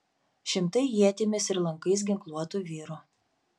šimtai ietimis ir lankais ginkluotų vyrų